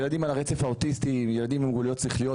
ילדים על הרצף האוטיסטי וילדים עם מוגבלויות שכליות,